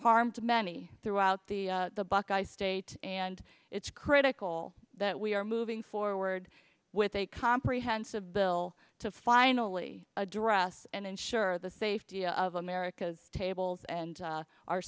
to many throughout the the buckeye state and it's critical that we are moving forward with a comprehensive bill to finally address and ensure the safety of america's tables and